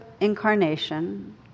incarnation